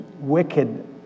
wicked